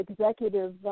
executive